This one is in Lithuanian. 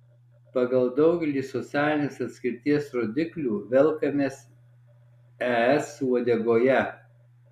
pagal daugelį socialinės atskirties rodiklių velkamės es uodegoje